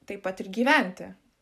taip pat ir gyventi